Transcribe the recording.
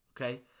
Okay